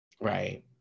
right